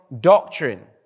doctrine